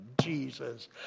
Jesus